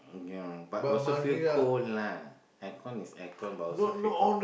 ya but also feel cold lah air con is air con but also feel cold